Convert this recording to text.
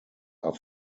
are